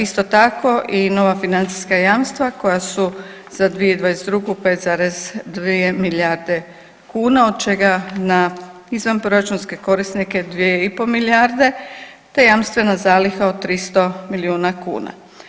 Isto tako i nova financijska jamstva koja su za 2022. 5,2 milijarde kuna od čega na izvanproračunske korisnike 2,5 milijarde te jamstvena zaliha od 300 milijuna kuna.